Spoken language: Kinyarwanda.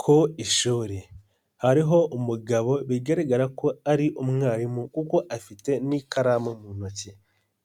Ku ishuri hariho umugabo bigaragara ko ari umwarimu kuko afite n'ikaramu mu ntoki,